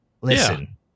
Listen